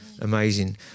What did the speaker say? amazing